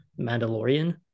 Mandalorian